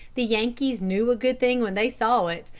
the yankees knew a good thing when they saw it,